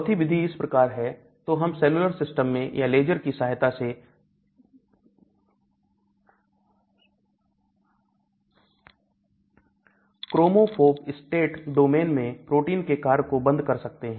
चौथी विधि इस प्रकार है तो हम सेल्यूलर सिस्टम में या लेजर की सहायता से क्रोमोफोब स्टेट डोमेन में प्रोटीन के कार्य को बंद कर सकते हैं